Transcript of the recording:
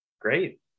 Great